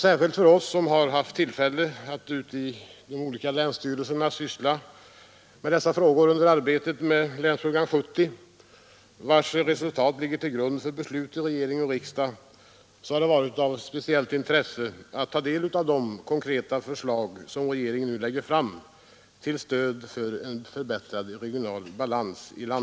Särskilt för oss, som haft tillfälle att ute i de olika länsstyrelserna syssla med dessa frågor under arbetet med Länsprogram 70, vars resultat ligger till grund för beslut i regering och riksdag, har det varit av speciellt intresse att ta del av de konkreta förslag som regeringen nu lägger fram till stöd för en förbättrad regional balans.